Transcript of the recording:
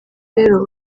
rero